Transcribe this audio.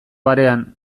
barean